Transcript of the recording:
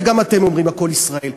וגם אתם אומרים "הכול ישראל",